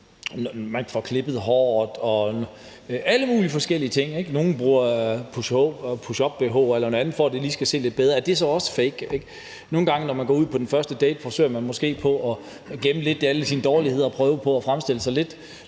man får klippet håret og alle mulige forskellige ting. Nogle bruger pushup-bh eller noget andet, for at det lige skal se lidt bedre ud. Er det så også fake? Nogle gange, når man går ud på den første date, forsøger man måske lidt at gemme alle sine dårlige sider og prøver på at fremstille sig selv